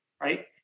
Right